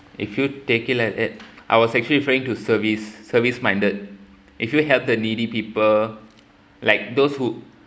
if you take it like that I was actually referring to service service minded if you help the needy people like those who